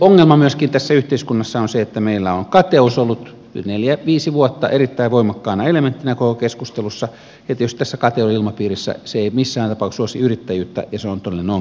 ongelma myöskin tässä yhteiskunnassa on se että meillä on kateus ollut nyt neljä viisi vuotta erittäin voimakkaana elementtinä koko keskustelussa ja tietysti tämä kateuden ilmapiiri ei missään tapauksessa suosi yrittäjyyttä ja se on todellinen ongelma